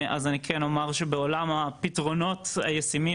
אז אני כן אומר שבעולם הפתרונות הישימים